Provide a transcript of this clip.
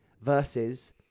Versus